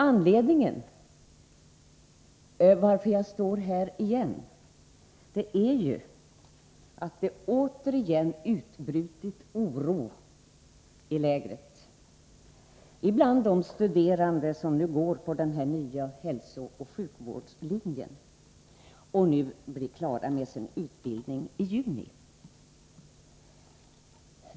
Anledningen till att jag ställer den här frågan igen är att det återigen har utbrutit oro i lägret bland de studerande som nu går den nya hälsooch sjukvårdslinjen och blir klara med sin utbildning i juni.